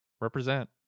Represent